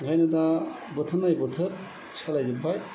ओंखायनो दा बोथोर नायै बोथोर सोलायजोबबाय